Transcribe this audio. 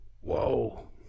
whoa